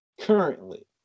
currently